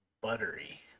Buttery